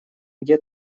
где